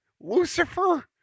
Lucifer